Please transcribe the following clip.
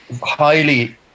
highly